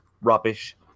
rubbish